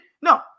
No